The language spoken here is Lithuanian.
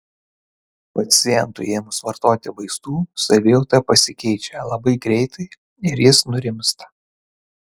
pacientui ėmus vartoti vaistų savijauta pasikeičia labai greitai ir jis nurimsta